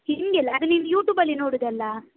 ಹಿಂದಿಯಲ್ಲಿ ಅದು ನೀನು ಯ್ಯೂಟ್ಯೂಬಲ್ಲಿ ನೋಡೋದಲ್ಲಾ